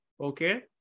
Okay